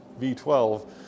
V12